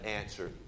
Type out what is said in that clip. answer